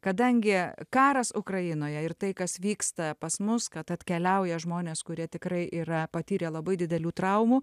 kadangi karas ukrainoje ir tai kas vyksta pas mus kad atkeliauja žmonės kurie tikrai yra patyrė labai didelių traumų